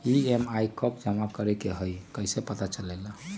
EMI कव जमा करेके हई कैसे पता चलेला?